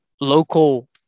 local